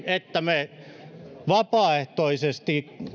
että me vapaaehtoisesti